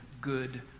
good